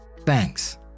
thanks